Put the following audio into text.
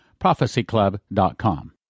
prophecyclub.com